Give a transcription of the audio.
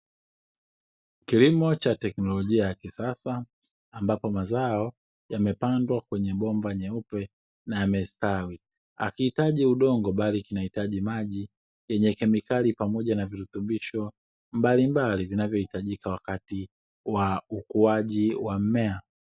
Kilimo cha teknolojia ya kisasa ambapo mazao yamepandwa kwenye bomba nyeupe na yamestawi, hakiitaji udogo bali maji yenye kemikali pamoja na virutubisho mbalimbali vinavyohitajika katika ukuaji wa mimea.